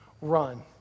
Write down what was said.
Run